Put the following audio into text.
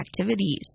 activities